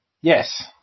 Yes